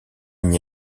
n’y